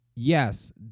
Yes